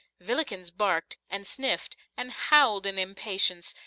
villikins barked, and sniffed, and howled in impatience,